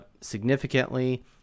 significantly